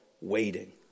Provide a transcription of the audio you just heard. waiting